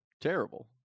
terrible